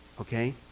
Okay